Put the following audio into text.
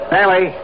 Bailey